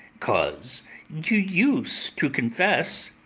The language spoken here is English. cause you use to confess.